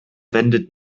wendet